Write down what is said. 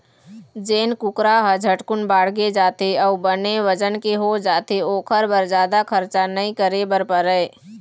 जेन कुकरा ह झटकुन बाड़गे जाथे अउ बने बजन के हो जाथे ओखर बर जादा खरचा नइ करे बर परय